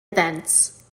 events